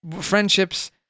Friendships